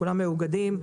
כולם מאוגדים,